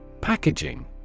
Packaging